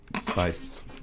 Spice